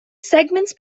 segments